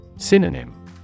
Synonym